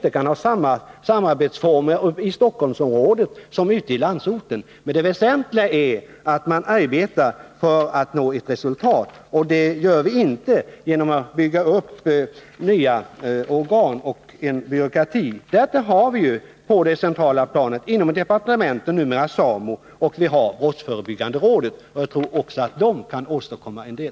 tänkas att samarbetsformerna i Stockholmsområdet inte kan bli desamma som på landsorten. Men det väsentliga är att man arbetar på att uppnå ett resultat. Det gör man inte genom att bygga upp nya organ och en byråkrati. Därtill har vi numera på det centrala planet inom departementet SAMO och brottsförebyggande rådet, och jag tror att även de kan åstadkomma en del.